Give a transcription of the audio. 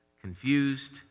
Confused